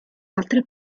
altri